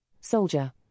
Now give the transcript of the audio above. Soldier